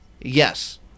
Yes